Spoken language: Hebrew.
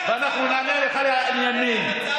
ואני רוצה להודות גם לחבר הכנסת ניר אורבך,